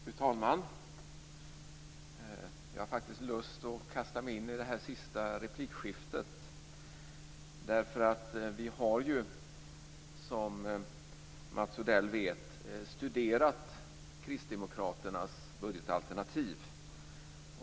Fru talman! Jag har lust att kasta mig in i det senaste replikskiftet. Vi har ju, som Mats Odell vet, studerat Kristdemokraternas budgetalternativ.